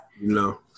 No